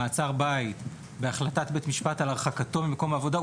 מעצר בית בהחלטת בית משפט על הרחקתו ממקום העבודה,